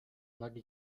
nagi